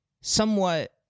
somewhat